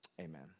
Amen